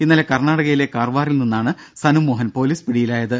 ഇന്നലെ കർണാടകയിലെ കാർവാറിൽ നിന്നാണ് സനു മോഹൻ പോലീസ് പിടിയിലായത്